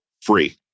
free